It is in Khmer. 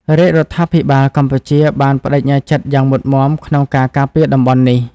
រាជរដ្ឋាភិបាលកម្ពុជាបានប្តេជ្ញាចិត្តយ៉ាងមុតមាំក្នុងការការពារតំបន់នេះ។